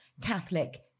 Catholic